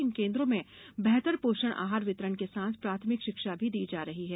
इन केन्द्रों में बेहतर पोषण आहार वितरण के साथ प्राथमिक शिक्षा भी दी जा रही है